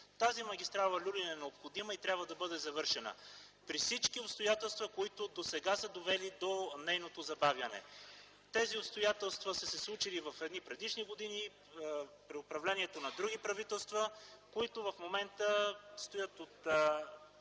Тази магистрала „Люлин” е необходима и трябва да бъде завършена, при всички обстоятелства, които досега са довели до нейното забавяне. Тези обстоятелства са се случили в едни предишни години при управлението на други правителства, които в момента стоят от